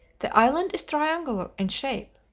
the island is triangular in shape,